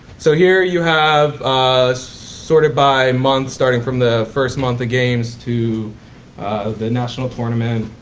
so here you have sorted by months starting from the first month of games to the national tournament.